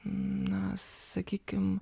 na sakykim